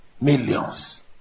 millions